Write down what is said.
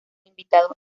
invitados